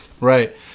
right